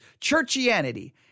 churchianity